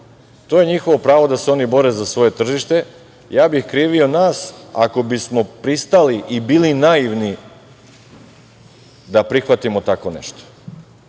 To je njihovo pravo da se oni bore za svoje tržište. Ja bih krivio nas ako bismo pristali i bili naivni da prihvatimo tako nešto.